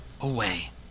away